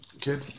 kid